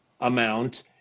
amount